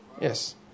Yes